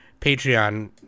Patreon